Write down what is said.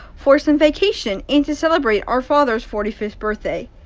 for some vacation and to celebrate our father's forty fifth birthday.